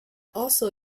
also